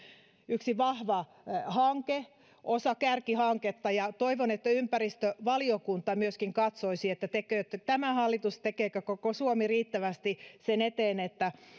yksi vahva hanke osa kärkihanketta ja toivon että ympäristövaliokunta myöskin katsoisi tekeekö tämä hallitus tekeekö koko suomi riittävästi sen eteen että